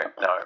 no